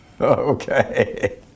Okay